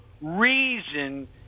reason